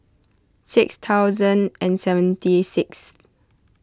six thousand and seventy sixth